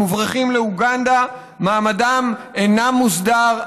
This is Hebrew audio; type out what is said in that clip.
הם מוברחים לאוגנדה ומעמדם אינו מוסדר.